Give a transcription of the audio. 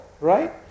right